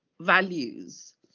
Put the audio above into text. values